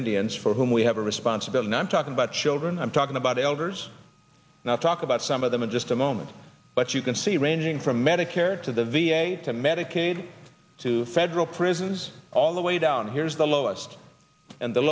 indians for whom we have a responsibility i'm talking about children i'm talking about elders and i talk about some of them in just a moment but you can see ranging from medicare to the v a to medicaid to federal prisons all the way down here is the lowest and the